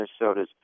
Minnesota's